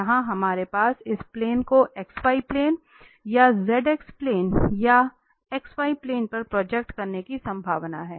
यहां हमारे पास इस प्लेन को yz प्लेन या zx प्लेन या xy प्लेन पर प्रोजेक्ट करने की संभावना है